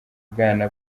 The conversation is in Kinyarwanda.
bwana